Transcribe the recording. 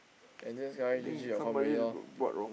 and this guy G_G dot com already lor